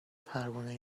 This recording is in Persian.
پروانه